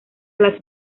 las